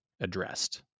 addressed